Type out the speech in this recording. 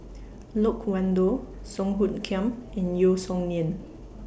Loke Wan Tho Song Hoot Kiam and Yeo Song Nian